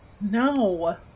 No